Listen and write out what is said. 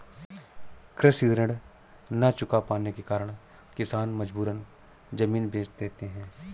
कृषि ऋण न चुका पाने के कारण किसान मजबूरन जमीन बेच देते हैं